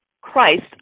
Christ